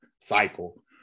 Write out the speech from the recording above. cycle